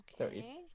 Okay